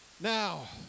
Now